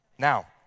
Now